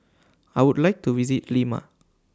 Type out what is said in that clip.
I Would like to visit Lima